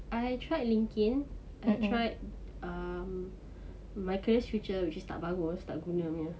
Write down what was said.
I tried linkedin I tried um my careers future which is tak bagus tak guna punya